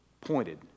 Pointed